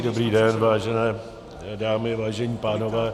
Dobrý den, vážené dámy, vážení pánové.